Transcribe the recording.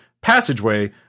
passageway